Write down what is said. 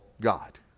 God